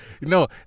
No